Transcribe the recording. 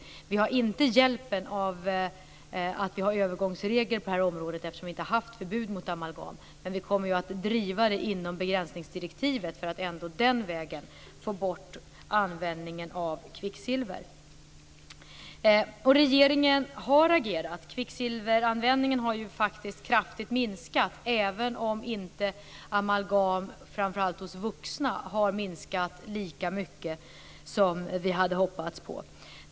Vi har inte hjälp av att vi har övergångsregler på det här området, eftersom vi inte haft förbud mot amalgam. Men vi kommer att driva frågan inom begränsningsdirektivet för att ändå den vägen få bort användningen av kvicksilver. Regeringen har agerat. Kvicksilveranvändningen har kraftigt minskat, även om inte amalgam framför allt hos vuxna har minskat lika mycket som vi hade hoppats.